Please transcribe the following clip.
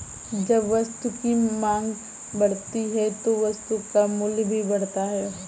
जब वस्तु की मांग बढ़ती है तो वस्तु का मूल्य भी बढ़ता है